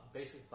basic